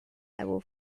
level